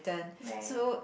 right